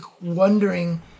wondering